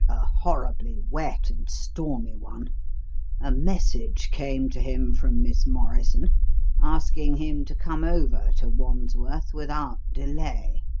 a horribly wet and stormy one a message came to him from miss morrison asking him to come over to wandsworth without delay,